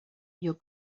your